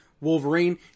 Wolverine